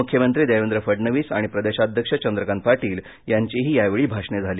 मुख्यमंत्री देवेंद्र फडणवीस आणि प्रदेशाध्यक्ष चंद्रकांत पाटील यांचीही यावेळी भाषणे झाली